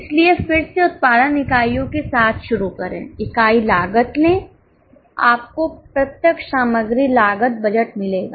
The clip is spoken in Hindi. इसलिए फिर से उत्पादन इकाइयों के साथ शुरू करें इकाई लागत लें आपको प्रत्यक्ष सामग्री लागत बजट मिलेगा